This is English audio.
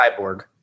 Cyborg